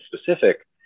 specific